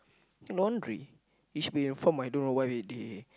laundry it should be in for I don't know why they